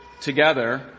together